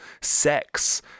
sex